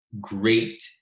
great